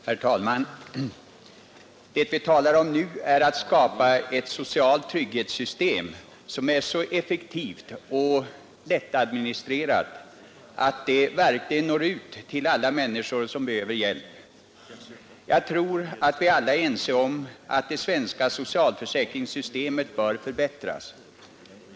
Herr talman! Det vi nu talar om är att skapa ett socialt trygghetssystem som är så effektivt och lättadministrerat att det verkligen når ut till alla människor som behöver hjälp. Jag tror att vi alla är ense om att det svenska socialförsäkringssystemet bör förbättras.